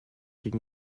gegen